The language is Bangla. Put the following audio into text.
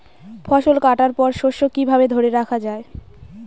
ফসল কাটার পর শস্য কিভাবে ধরে রাখা য়ায়?